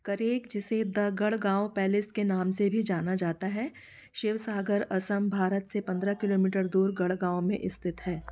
करेंग जिसे the Garhgaon palace के नाम से भी जाना जाता है शिवसागर असम भारत से पंद्रह किलोमीटर दूर गढ़गाँव में स्थित है